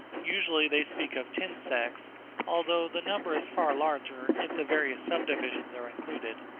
usually they speak of ten sects although the number is far larger, if the various subdivisions are included.